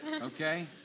Okay